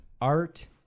Art